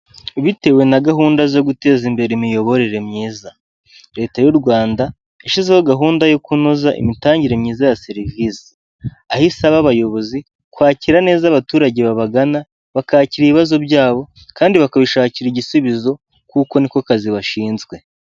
Bitewe na gahunda zo guteza imbere imiyoborere myiza, leta y'u Rwanda yashyizeho gahunda yo kunoza imitangire myiza ya serivise. Aho isaba abayobozi kwakira neza abaturage babagana, bakakira ibibazo byabo kandi bakabishakira igisubizo kuko niko kazi bashinzwe.